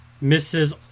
misses